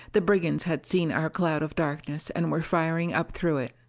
the brigands had seen our cloud of darkness and were firing up through it.